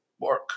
work